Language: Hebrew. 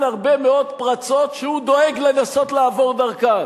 הרבה מאוד פרצות שהוא דואג לנסות לעבור דרכן.